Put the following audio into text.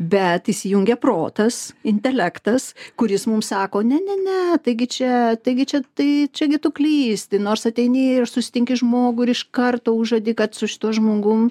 bet įsijungia protas intelektas kuris mums sako ne ne ne taigi čia taigi čia tai čia gi tu klysti nors ateini ir susitinki žmogų ir iš karto užuodi kad su šituo žmogum